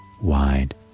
wide